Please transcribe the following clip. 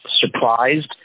surprised